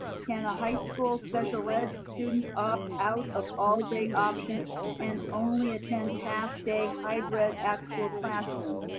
can a high school special ed student opt out of all day option and only attend half day hybrid actual classroom,